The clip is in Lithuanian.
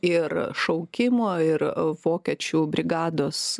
ir šaukimo ir vokiečių brigados